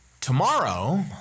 Tomorrow